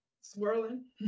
swirling